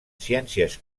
ciències